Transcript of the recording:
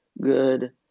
good